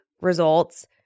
results